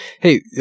Hey